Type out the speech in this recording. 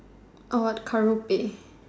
carol pay